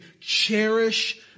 cherish